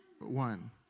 One